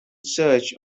search